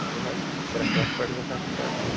چھِ گژھان ترٛےٚ ساس پٮ۪ٹھٕ گژھان سِٹاٹ